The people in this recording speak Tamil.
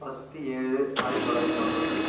பத்து ஏழு ஆயிரத்தி தொள்ளாயிரத்தி ஐம்பது